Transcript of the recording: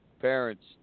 parents